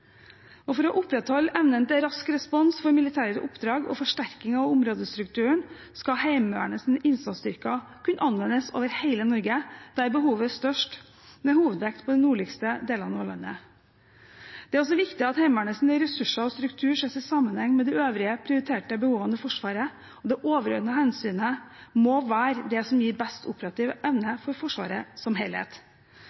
kysten. For å opprettholde evnen til rask respons for militære oppdrag og forsterking av områdestrukturen skal Heimevernets innsatsstyrker kunne anvendes i hele Norge, der behovet er størst, med hovedvekt på de nordligste delene av landet. Det er viktig at Heimevernets ressurser og struktur ses i sammenheng med de øvrige prioriterte behovene i Forsvaret. Det overordnede hensynet må være det som gir best operativ evne